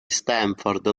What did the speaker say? stanford